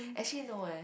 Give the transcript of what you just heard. actually no eh